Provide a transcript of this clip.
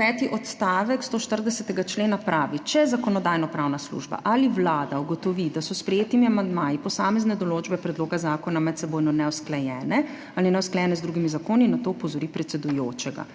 Peti odstavek 140. člena pravi: »Če zakonodajno-pravna služba ali vlada ugotovi, da so s sprejetimi amandmaji posamezne določbe predloga zakona medsebojno neusklajene ali neusklajene z drugimi zakoni, na to opozori predsedujočega.